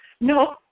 No